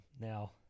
Now